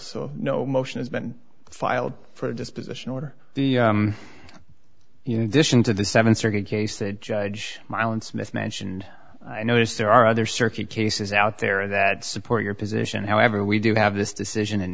so no motion has been filed for a disposition order the you know decision to the seven circuit case that judge mylan smith mentioned i notice there are other circuit cases out there that support your position however we do have this decision